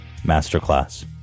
Masterclass